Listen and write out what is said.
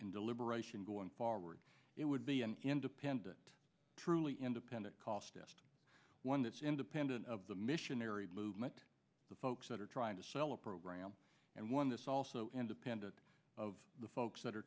and deliberation going forward it would be an independent truly independent cost just one that's independent of the missionary movement the folks that are trying to sell a program and one this also independent of the folks that are